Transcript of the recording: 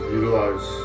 utilize